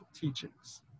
teachings